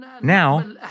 Now